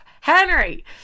Henry